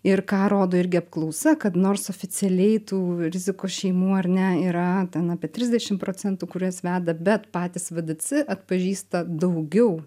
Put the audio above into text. ir ką rodo irgi apklausa kad nors oficialiai tų rizikos šeimų ar ne yra ten apie trisdešim procentų kuriuos veda bet patys vdc atpažįsta daugiau